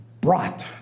brought